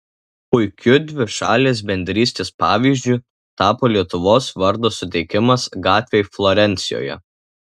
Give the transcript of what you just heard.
puikiu dvišalės bendrystės pavyzdžiu tapo lietuvos vardo suteikimas gatvei florencijoje